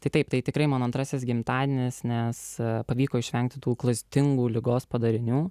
tai taip tai tikrai mano antrasis gimtadienis nes pavyko išvengti tų klastingų ligos padarinių